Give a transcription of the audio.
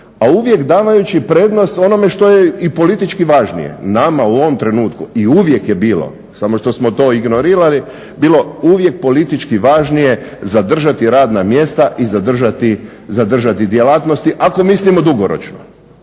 a uvijek dajući prednost što je i politički važnije. Nama u ovom trenutku i uvijek je bilo samo što smo to ignorirali, bilo uvijek politički važnije zadržati radna mjesta i zadržati djelatnosti, ako mislimo dugoročno.